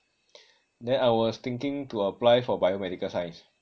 then I was thinking to apply for biomedical science